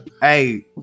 hey